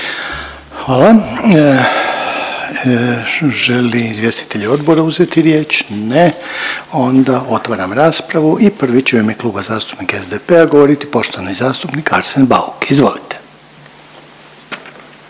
žele li izvjestitelji odbora uzeti riječ? Ne, onda otvaram raspravu i prvi će u ime Kluba zastupnika SDP-a govoriti poštovani zastupnik Željko Jovanović. Izvolite.